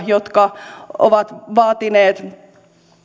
jotka ovat vaatineet